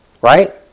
Right